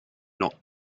not